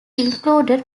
included